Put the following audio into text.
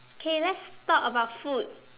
K let's talk about food